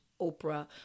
Oprah